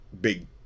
big